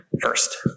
first